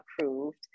approved